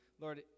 Lord